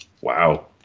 Wow